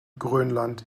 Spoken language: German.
grönland